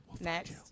Next